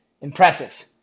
Impressive